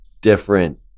different